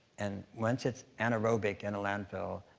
and once it's anaerobic in a landfill,